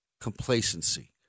complacency